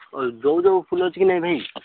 ଯେଉଁ ଯେଉଁ ଫୁଲ ଅଛି କି ନାଇଁ ଭାଇ